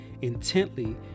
intently